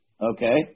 okay